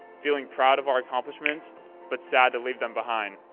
feeling proud of our accomplishments but sad to leave them behind.